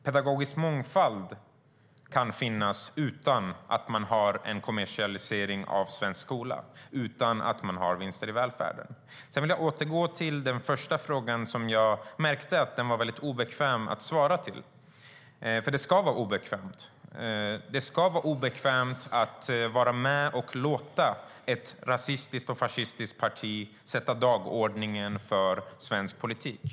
Pedagogisk mångfald kan finnas utan kommersialisering av svensk skola och utan vinster i välfärden. Jag vill återgå till min tidigare fråga. Jag märkte att den var väldigt obekväm att svara på. Och det ska vara obekvämt att vara med och låta ett rasistiskt och fascistiskt parti sätta dagordningen för svensk politik.